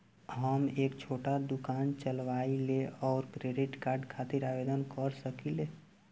हम एक छोटा दुकान चलवइले और क्रेडिट कार्ड खातिर आवेदन कर सकिले?